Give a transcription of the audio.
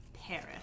Paris